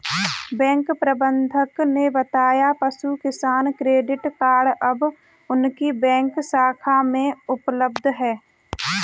bank प्रबंधक ने बताया पशु किसान क्रेडिट कार्ड अब उनकी बैंक शाखा में उपलब्ध है